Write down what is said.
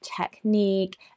technique